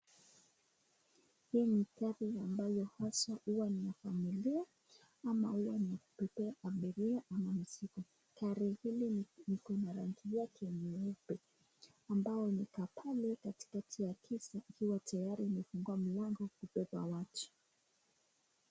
Hii ni gari ambayo haswa huwa ni ya familia ama mtu anaweza abiria ama mizigo, gari hili iko na rangi yake nyeupe, ambayo imekaa pale karibu na geti ikiwa tayari imefunguliwa mlango kubeba watu.